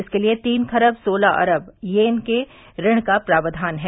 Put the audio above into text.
इनके लिए तीन खरब सोलह अरब येन के ऋण का प्राक्वान है